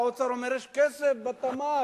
האוצר אומר: יש כסף בתמ"ת,